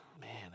Man